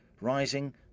rising